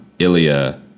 Ilya